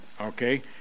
okay